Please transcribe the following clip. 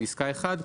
בפסקה (1)